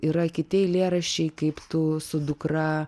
yra kiti eilėraščiai kaip tu su dukra